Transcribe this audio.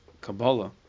kabbalah